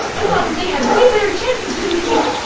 i thought that they had way better chances than me.